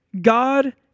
God